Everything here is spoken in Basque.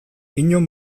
inon